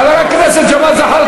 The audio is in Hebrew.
חבר הכנסת ג'מאל זחאלקה,